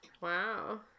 Wow